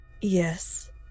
Yes